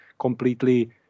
completely